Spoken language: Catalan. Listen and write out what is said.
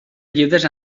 llibres